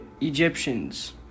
Egyptians